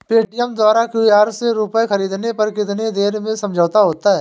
Paytm द्वारा QR से रूपए ख़रीदने पर कितनी देर में समझौता होता है?